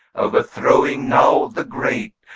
overthrowing now the great,